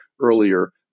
earlier